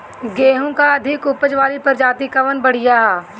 गेहूँ क अधिक ऊपज वाली प्रजाति कवन बढ़ियां ह?